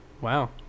wow